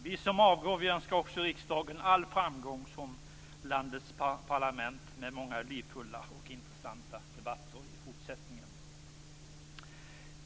Vi som avgår önskar också riksdagen all framgång som landets parlament med många livfulla och intressanta debatter i fortsättningen.